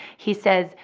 he says,